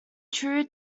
true